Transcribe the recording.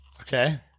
Okay